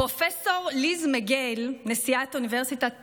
פרופ' ליז מגיל, נשיאת אוניברסיטת פנסילבניה,